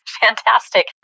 fantastic